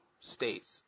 states